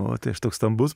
o tai aš toks stambus